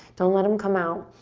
don't let em come out.